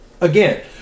Again